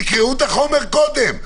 תקראו את החומר קודם.